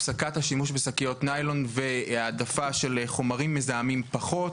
הפסקת השימוש ושקית ניילון והעדפה של חומרים מזהמים פחות.